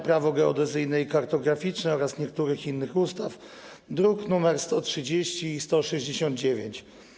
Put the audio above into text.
Prawo geodezyjne i kartograficzne oraz niektórych innych ustaw, druki nr 130 i 169.